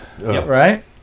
right